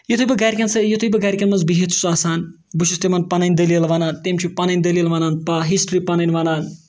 یُتھُے بہٕ گَرِکٮ۪ن سۭتۍ یُتھُے بہٕ گَرِکٮ۪ن منٛز بِہِتھ چھُس آسان بہٕ چھُس تِمَن پَنٕنۍ دٔلیٖل وَنان تِم چھِ پَنٕںۍ دٔلیٖل وَنان پا ہِسٹِرٛی پَنٕںۍ وَنان